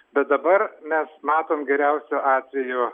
bet dabar mes matom geriausiu atveju